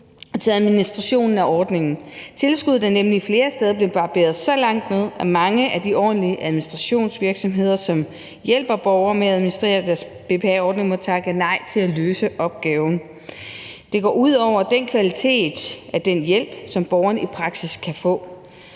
til administrationen af ordningen. Tilskuddet er nemlig flere steder blevet barberet så langt ned, at mange af de ordentlige administrationsvirksomheder, som hjælper borgere med at administrere deres BPA-ordning, må takke nej til at løse opgaven. Det går ud over kvaliteten af den hjælp, som borgeren i praksis kan få.